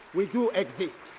we do exist.